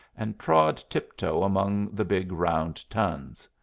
and trod tiptoe among the big round tuns.